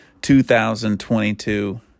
2022